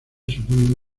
supone